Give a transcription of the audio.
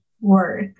work